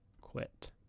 quit